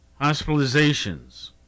Hospitalizations